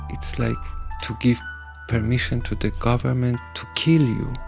it's like to give permission to the government to kill you.